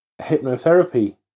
hypnotherapy